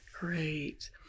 great